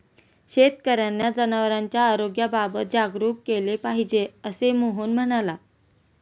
शेतकर्यांना जनावरांच्या आरोग्याबाबत जागरूक केले पाहिजे, असे मोहन म्हणाला